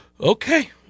okay